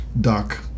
duck